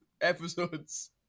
episodes